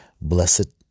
Blessed